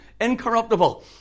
incorruptible